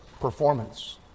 performance